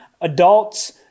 adults